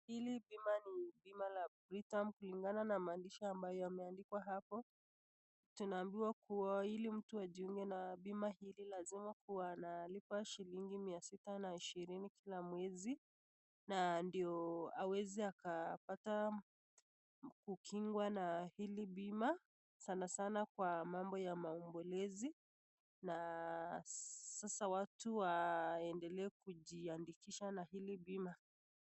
Bima la Britam kulingana na maandishi yaliyoandikwa na ndio mtu ajiunge na bima hili lazima alipe mia sita na ishirini kila mwezi ndio aweze akapata kukingwa sanasana kwa mambo ya maombolezi. Watu waendelee kujiandikisha na hili bima.